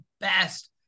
best